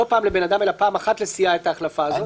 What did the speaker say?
לא פעם לבן-אדם אלא פעם אחת לסיעה את ההחלפה הזאת.